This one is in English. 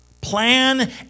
Plan